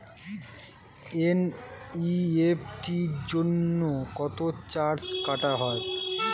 NEFT জন্য কত charge কাটা হয়?